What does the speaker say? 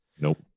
nope